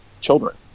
children